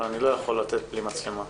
לא יכול לתת בלי מצלמה,